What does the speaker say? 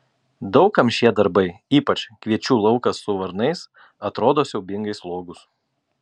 daug kam šie darbai ypač kviečių laukas su varnais atrodo siaubingai slogūs